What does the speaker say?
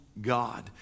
God